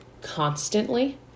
constantly